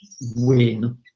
win